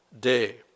day